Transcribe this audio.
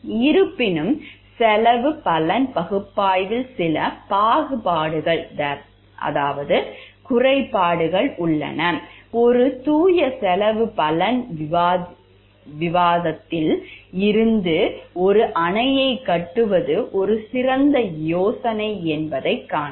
இருப்பினும் செலவு பலன் பகுப்பாய்வில் சில குறைபாடுகள் உள்ளன ஒரு தூய செலவு பலன் விவாதத்தில் இருந்து ஒரு அணையைக் கட்டுவது ஒரு சிறந்த யோசனை என்பதைக் காணலாம்